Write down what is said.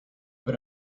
but